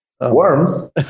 Worms